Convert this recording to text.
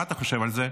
מה אתה חושב על זה?